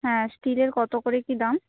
হ্যাঁ স্টিলের কত করে কী দাম